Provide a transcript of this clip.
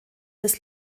des